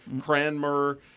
Cranmer